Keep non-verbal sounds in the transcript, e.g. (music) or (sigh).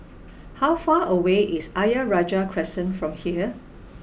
(noise) how far away is Ayer Rajah Crescent from here